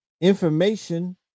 information